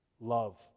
love